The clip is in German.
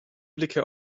blicke